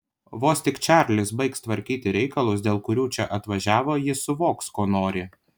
vos tik čarlis baigs tvarkyti reikalus dėl kurių čia atvažiavo jis susivoks ko nori